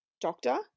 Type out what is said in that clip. doctor